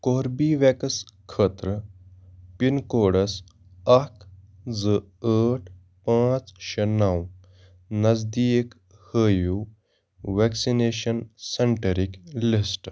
کوربی ویکس خٲطرٕ pin codes اَکھ زٕ ٲٹھ پانٛژ شےٚ نَو نٔزدیٖک ہٲوِو ویکسِنیٚشن سینٛٹرٕکۍ لسٹہٕ